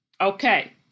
Okay